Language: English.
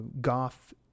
goth